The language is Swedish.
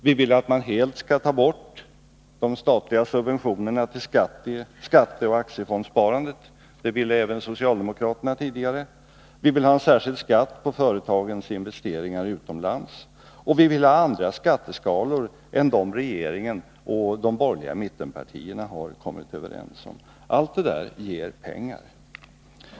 Vi vill att man helt skall ta bort de statliga subventionerna till skatteoch aktiefondssparandet, vilket även socialdemokraterna ville tidigare. Vi vill ha en särskild skatt på företagens investeringar utomlands och andra skatteskalor än dem som regeringen och de borgerliga mittenpartierna har kommit överens om. Allt detta ger pengar.